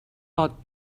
pot